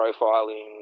profiling